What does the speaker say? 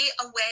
away